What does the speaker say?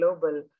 global